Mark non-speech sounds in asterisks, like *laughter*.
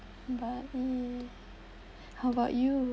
but *noise* how about you